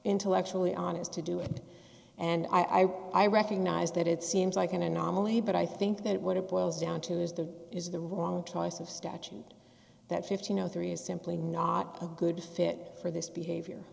intellectually honest to do it and i i recognize that it seems like an anomaly but i think that what it boils down to is the is the wrong choice of statute that fifteen zero three is simply not a good fit for this behavior